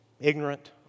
ignorant